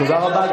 תודה רבה.